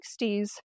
1960s